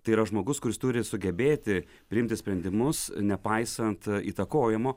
tai yra žmogus kuris turi sugebėti priimti sprendimus nepaisant įtakojimo